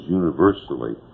universally